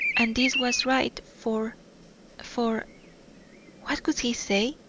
and this was right, for for what could he say,